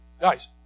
guys